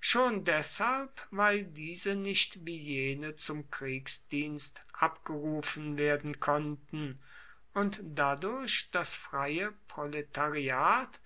schon deshalb weil diese nicht wie jene zum kriegsdienst abgerufen werden konnten und dadurch das freie proletariat